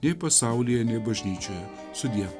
nei pasaulyje nei bažnyčioje sudie